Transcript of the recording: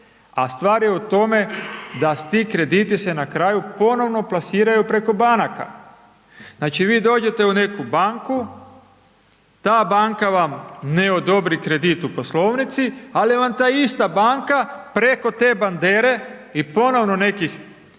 a stvar je u tome, da ti krediti se na kraju se ponovno plasiraju preko banka. Znači vi dođete u neku banku, ta banka vam ne odobri kredit u poslovnici, ali vam ta ista banka, preko te bandere i ponovno nekih